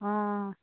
অ